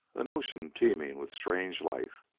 an ocean teeming with strange life.